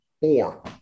Four